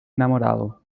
enamorado